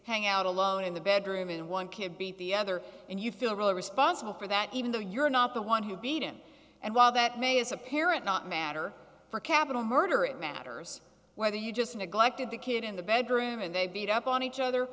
hang out alone in the bedroom and one kid beat the other and you feel really responsible for that even though you're not the one who beat him and while that may as a parent not matter for capital murder it matters whether you just neglected the kid in the bedroom and they beat up on each other